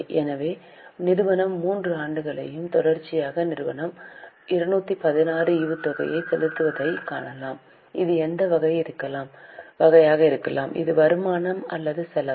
எனவே நிறுவனம் 3 ஆண்டுகளையும் தொடர்ச்சியாக நிறுவனம் 216 ஈவுத்தொகையை செலுத்துவதைக் காணலாம் அது எந்த வகையாக இருக்கும் இது வருமானமா அல்லது செலவா